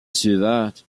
suivante